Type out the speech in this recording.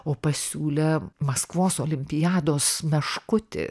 o pasiūlė maskvos olimpiados meškutį